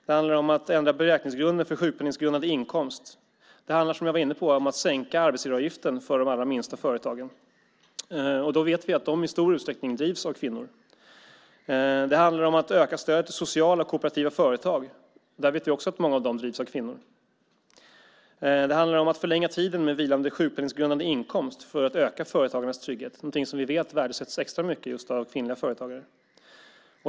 Det handlar om att ändra beräkningsgrunden för sjukpenninggrundande inkomst. Det handlar om, som jag var inne på, om att sänka arbetsgivaravgiften för de allra minsta företagen. Vi vet att de i stor utsträckning drivs av kvinnor. Det handlar om att öka stödet till sociala och kooperativa företag. Vi vet att många av dem också drivs av kvinnor. Det handlar om att förlänga tiden med vilande sjukpenninggrundande inkomst för att öka företagarnas trygghet - någonting som vi vet värdesätts extra mycket just av kvinnliga företagare.